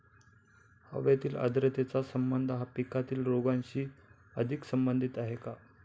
हवेतील आर्द्रतेचा संबंध हा पिकातील रोगांशी अधिक संबंधित आहे का?